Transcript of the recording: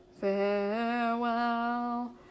farewell